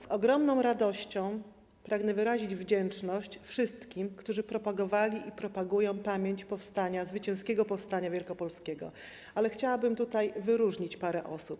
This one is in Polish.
Z ogromną radością pragnę wyrazić wdzięczność wszystkim, którzy propagowali i propagują pamięć o zwycięskim powstaniu wielkopolskim, ale chciałabym tutaj wyróżnić parę osób.